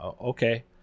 okay